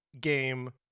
game